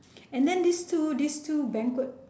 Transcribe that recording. and then these two these two banquet